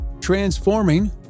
transforming